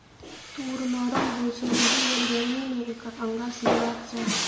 तूर नरम होए छै एहिलेल गरमी मे एकर अंगा सिएबाक चाही